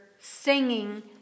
singing